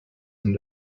him